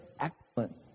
excellent